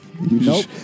Nope